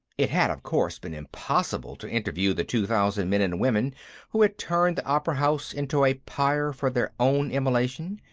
it had, of course, been impossible to interview the two thousand men and women who had turned the opera house into a pyre for their own immolation,